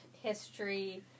history